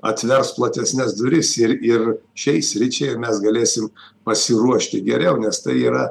atvers platesnes duris ir ir šiai sričiai mes ir galėsim pasiruošti geriau nes tai yra